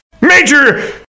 major